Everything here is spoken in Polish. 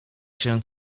się